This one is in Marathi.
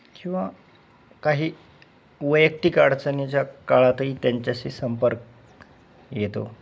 किंवा काही वैयक्तिक अडचणीच्या काळातही त्यांच्याशी संपर्क येतो